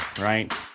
right